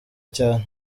cyane